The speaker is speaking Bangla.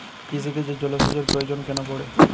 কৃষিকাজে জলসেচের প্রয়োজন পড়ে কেন?